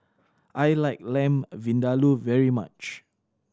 I like Lamb Vindaloo very much